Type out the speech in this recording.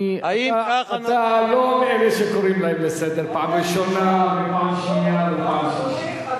אתה לא מאלה שקוראים אותם לסדר פעם ראשונה ופעם שנייה ופעם שלישית.